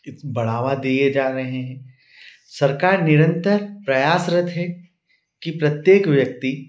बढ़ावा दिये जा रहे हैं सरकार निरंतर प्रयास रत है कि प्रत्येक व्यक्ति